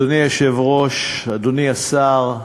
אדוני היושב-ראש, אדוני השר,